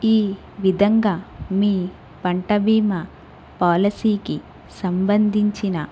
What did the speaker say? ఈ విధంగా మీ పంట బీమా పాలసీకి సంబంధించిన